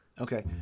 okay